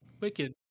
wicked